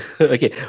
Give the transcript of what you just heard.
Okay